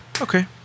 okay